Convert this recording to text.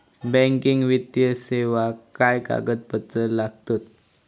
Banking वित्तीय सेवाक काय कागदपत्र लागतत?